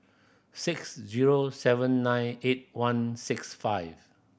six zero seven nine eight one six five